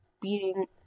beating